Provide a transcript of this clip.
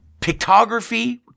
pictography